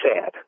sad